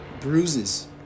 Bruises